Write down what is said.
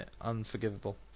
Unforgivable